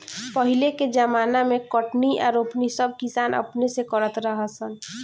पहिले के ज़माना मे कटनी आ रोपनी सब किसान अपने से करत रहा सन